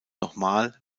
nochmal